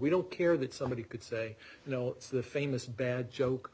we don't care that somebody could say you know it's the famous bad joke